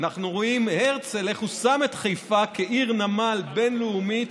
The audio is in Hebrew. אנחנו רואים איך הרצל שם את חיפה כעיר נמל בין-לאומית,